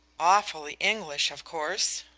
awfully english, of course,